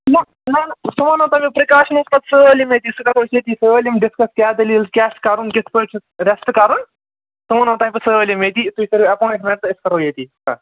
نَہ نَہ نَہ سُہ وَنو تۄہہِ بہٕ پِرٛکاشنٕس پَتہٕ سٲلِم ییٚتی سُہ کرو أسۍ ییٚتی سٲلِم ڈِسکَس کیٛاہ دٔلیٖل کیٛاہ چھِ کرُن کِتھ پٲٹھۍ چھِ رٮ۪سٹ کَرُن تِم وَنو تۄہہِ بہٕ سٲلِم ییٚتی تُہۍ کٔرِو اَٮ۪پایِنٛٹمٮ۪نٛٹ تہٕ أسۍ کرو ییٚتی کَتھ